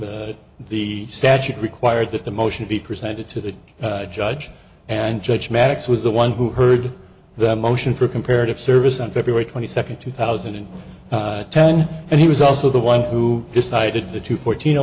the statute requires that the motion be presented to the judge and judge maddox was the one who heard the motion for comparative service on february twenty second two thousand and ten and he was also the one who decided the two fourteen